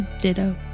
Ditto